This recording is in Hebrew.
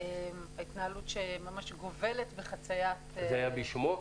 התנהלות שממש גובלת בחציית -- זה היה בשמו,